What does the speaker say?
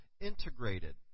integrated